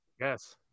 yes